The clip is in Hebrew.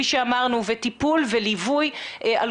בכל